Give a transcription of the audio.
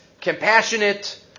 compassionate